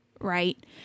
right